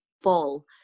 fall